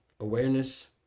awareness